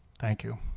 thank you